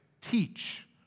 teach